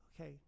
okay